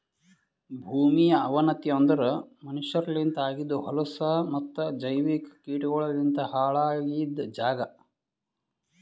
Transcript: ಭೂಮಿಯ ಅವನತಿ ಅಂದುರ್ ಮನಷ್ಯರಲಿಂತ್ ಆಗಿದ್ ಹೊಲಸು ಮತ್ತ ಜೈವಿಕ ಕೀಟಗೊಳಲಿಂತ್ ಹಾಳ್ ಆಗಿದ್ ಜಾಗ್